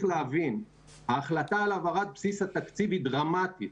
להבין שההחלטה על העברת בסיס התקציב היא דרמטית.